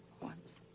once.